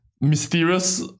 mysterious